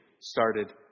started